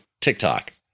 TikTok